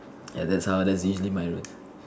and that's how that's usually my route